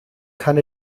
kann